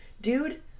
Dude